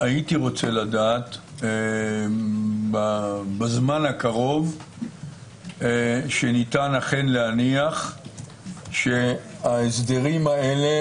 הייתי רוצה לדעת בזמן הקרוב שניתן אכן להניח שההסדרים האלה,